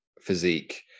physique